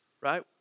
right